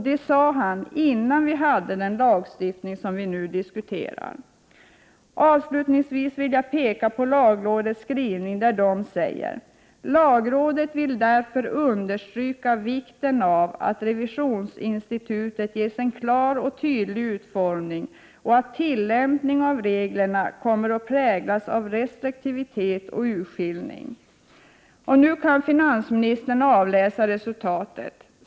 Det sade han innan vi hade den lagstiftning vi nu diskuterar. Avslutningsvis vill jag peka på lagrådets skrivning där man säger: ”Lagrådet vill därför understryka vikten av att revisionsinstitutet ges en klar och tydlig utformning och att tillämpningen av reglerna kommer att präglas av restriktivitet och urskillning.” Nu kan finansministern avläsa resultatet.